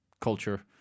culture